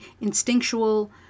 instinctual